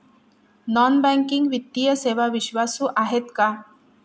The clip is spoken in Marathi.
नॉन बँकिंग वित्तीय सेवा विश्वासू आहेत का?